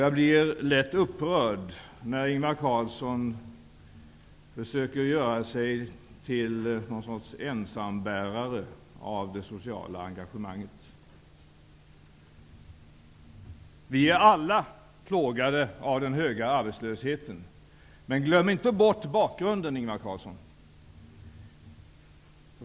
Jag blir lätt upprörd när Ingvar Carlsson försöker att göra sig till någon sorts ensambärare av det sociala engagemanget. Vi är alla plågade av den höga arbetslösheten. Men glöm inte bort bakgrunden, Ingvar Carlsson.